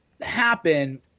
happen